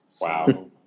wow